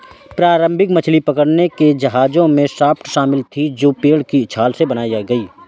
प्रारंभिक मछली पकड़ने के जहाजों में राफ्ट शामिल थीं जो पेड़ की छाल से बनाई गई